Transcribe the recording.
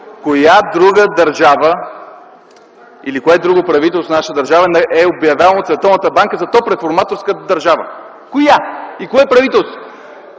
Коя друга държава или кое друго правителство в нашата държава е обявено от Световната банка за топ реформаторска държава? Коя и кое правителство?!